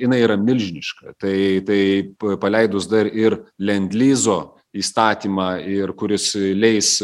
jinai yra milžiniška tai tai paleidus dar ir lendlizo įstatymą ir kuris leis